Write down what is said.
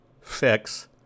fix